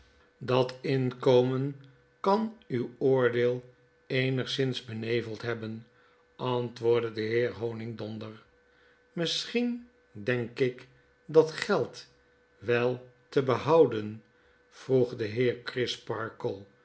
dat inkomen kan uw oordeel eenigszins beneveld hebben antwoordde de heer honigdonder misschien denk ik dat geld wel te behouden vroeg de heer